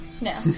No